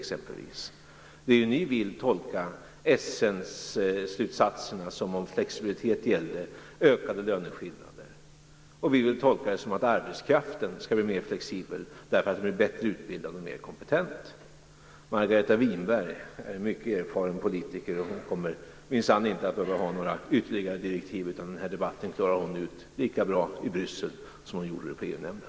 Ni moderater vill ju tolka Essenslutsatserna som om flexibilitet gällde ökade löneskillnader, och vi vill tolka dem som att arbetskraften skall bli mer flexibel därför att den blir bättre utbildad och mer kompetent. Margareta Winberg är en mycket erfaren politiker, och hon kommer minsann inte att behöva ha några ytterligare direktiv. Den här debatten klarar hon ut lika bra i Bryssel som hon gjorde i EU-nämnden.